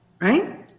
right